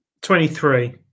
Twenty-three